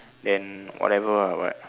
than whatever lah but